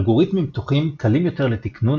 אלגוריתמים פתוחים קלים יותר לתיקנון